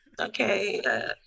okay